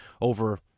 over